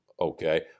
okay